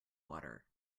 water